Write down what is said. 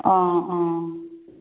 অঁ অঁ